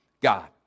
God